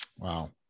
Wow